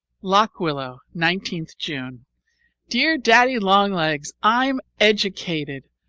lock willow, nineteenth june dear daddy-long-legs, i'm educated!